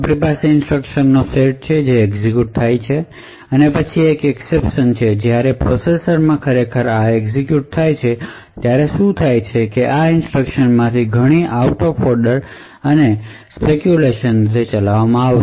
આપણી પાસે ઇન્સટ્રકશન નો સેટ છે જે એક્ઝેક્યુટ થાય છે અને પછી એક એકસેપશન છે અને જ્યારે પ્રોસેસર માં ખરેખર આ એક્ઝેક્યુટ થાય છે ત્યારે શું થાય છે તે છે કે આ ઇન્સટ્રકશન માંથી ઘણી આઉટ ઓફ ઑર્ડર અને સ્પેકયુલેશનરીતે ચલાવવામાં આવશે